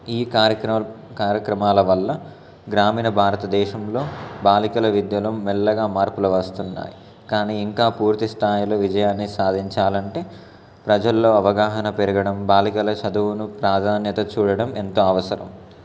ఈ కార్యక్రమ కార్యక్రమాల వల్ల గ్రామీణ భారతదేశంలో బాలికల విద్యలో మెల్లగా మార్పులు వస్తున్నాయి కానీ ఇంకా పూర్తి స్థాయిలో విజయాన్ని సాధించాలంటే ప్రజల్లో అవగాహన పెరగడం బాలికల చదువును ప్రాధాన్యత చూడడం ఎంతో అవసరం